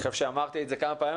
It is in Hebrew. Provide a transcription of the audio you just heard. אני חושב שאמרתי כמה פעמים,